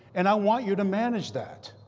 and i want you to manage that.